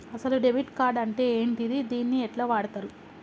అసలు debit card అంటే ఏంటిది? దీన్ని ఎట్ల వాడుతరు?